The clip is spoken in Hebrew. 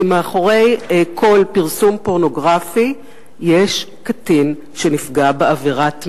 כי מאחורי כל פרסום פורנוגרפי יש קטין שנפגע בעבירת מין,